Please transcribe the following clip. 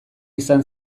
izan